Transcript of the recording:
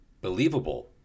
Believable